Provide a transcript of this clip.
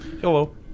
Hello